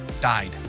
died